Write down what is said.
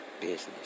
business